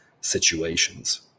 situations